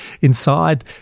inside